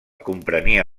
comprenia